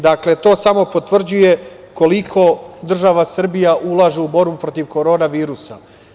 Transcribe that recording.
Dakle, to samo potvrđuje koliko država Srbija ulaže u borbu protiv korona virusa.